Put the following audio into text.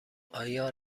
آیا